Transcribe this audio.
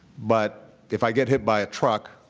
but if i get hit by a truck,